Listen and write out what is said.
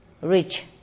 rich